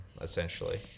essentially